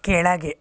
ಕೆಳಗೆ